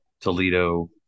Toledo